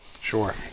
Sure